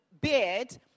beard